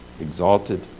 exalted